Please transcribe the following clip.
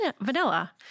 vanilla